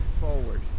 forward